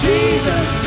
Jesus